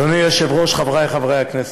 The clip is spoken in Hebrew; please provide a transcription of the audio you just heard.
אדוני היושב-ראש חברי חברי הכנסת,